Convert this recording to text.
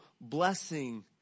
blessing